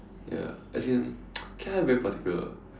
ya as in cat high very particular